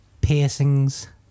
Piercings